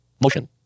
Motion